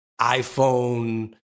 iPhone